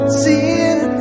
seeing